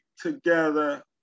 together